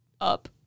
Up